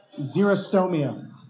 Xerostomia